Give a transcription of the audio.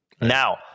Now